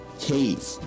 cave